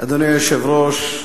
אדוני היושב-ראש,